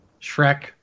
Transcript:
Shrek